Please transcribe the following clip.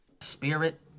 Spirit